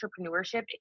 entrepreneurship